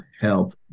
help